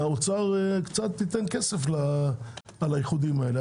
שהאוצר ייתן קצת כסף על האיחודים האלה,